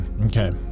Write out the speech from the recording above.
okay